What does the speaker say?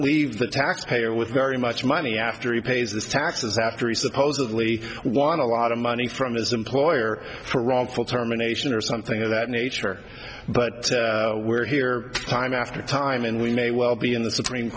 leave the taxpayer with very much money after he pays the taxes after he supposedly won a lot of money from his employer for wrongful termination or something of that nature but we're here time after time and we may well be in the supreme